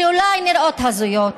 שאולי נראות הזויות,